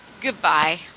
goodbye